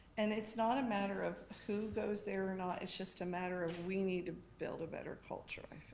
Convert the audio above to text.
and it's not a matter of who goes there or not, it's just a matter of we need to build a better culture.